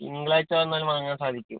തിങ്കളാഴ്ച്ച വന്നാൽ വാങ്ങാൻ സാധിക്കും